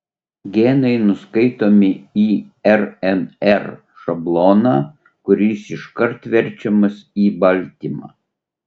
genai nuskaitomi į rnr šabloną kuris iškart verčiamas į baltymą